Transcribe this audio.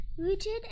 rooted